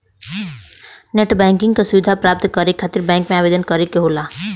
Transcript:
net banking क सुविधा प्राप्त करे खातिर बैंक में आवेदन करे क होला